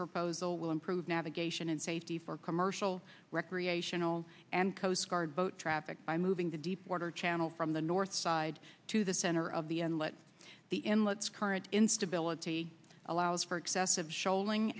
proposal will improve navigation and safety for commercial recreational and coast guard boat traffic by moving the deepwater channel from the north side to the center of the and let the inlets current instability allows for excessive shoaling